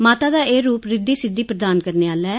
माता दा एह रूप ऋद्वि सिद्वि प्रदान करने आहला ऐ